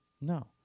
No